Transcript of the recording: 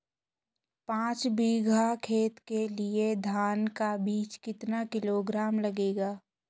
पाँच बीघा खेत के लिये धान का बीज कितना किलोग्राम लगेगा?